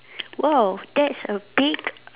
!wow! that's a big